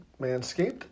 Manscaped